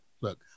look